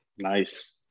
Nice